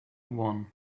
one